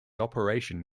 operation